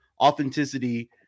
authenticity